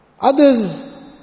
others